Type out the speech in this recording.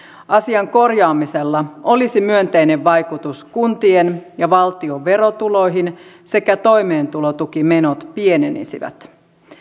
asian korjaamisella olisi myönteinen vaikutus kuntien ja valtion verotuloihin sekä toimeentulotukimenot pienenisivät